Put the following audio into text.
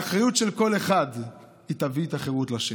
האחריות של כל אחד, היא תביא את החירות לשני.